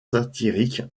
satirique